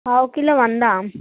పావు కిలో వందా